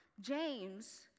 James